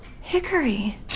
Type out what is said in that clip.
hickory